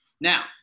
Now